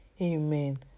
Amen